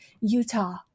Utah